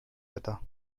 wetter